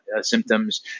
symptoms